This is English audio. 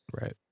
Right